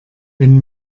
wenn